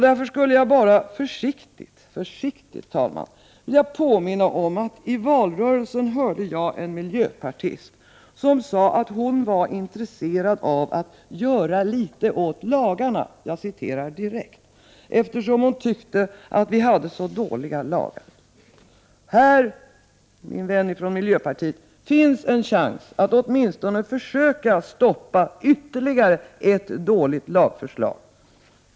Därför skulle jag bara försiktigt vilja påminna om att jag i valrörelsen hörde en miljöpartist som sade att hon var intresserad av att ”göra litet åt lagarna”, eftersom hon tyckte att vi hade så dåliga lagar. Här, min vän från miljöpartiet, finns en chans att åtminstone försöka stoppa ytterligare ett dåligt lagförslag.